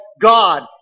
God